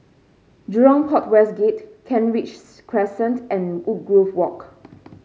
Jurong Port West Gate Kent Ridge Crescent and Woodgrove Walk